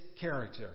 character